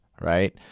right